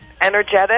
energetic